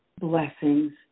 blessings